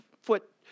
foot